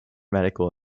medical